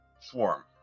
swarm